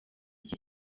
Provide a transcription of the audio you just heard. iki